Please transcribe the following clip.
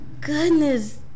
goodness